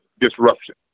disruption